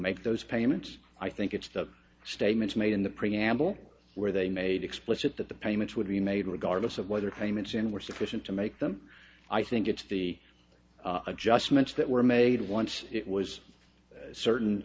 make those payments i think it's the statements made in the preamble where they made explicit that the payments would be made regardless of whether payments in were sufficient to make them i think it's the adjustments that were made once it was certain